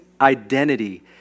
identity